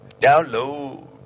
Download